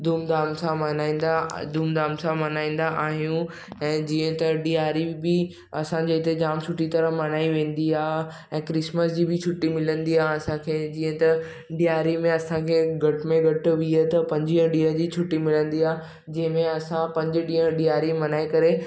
धूम धाम सां मल्हाईंदा धूम धाम सां मल्हाईंदा आहियूं ऐं जीअं त ॾियारी बि असांजे हिते जामु सुठी तरह मल्हाई वेंदी आहे ऐं क्रिसमस जी बि छुटी मिलंदी आहे असांखे जीअं त ॾियारी में असांखे घटि में घटि वीह त पंजीह ॾींहुं जी छुटी मिलंदी आहे जंहिं में असां पंज ॾींहुं ॾियारी मल्हाए करे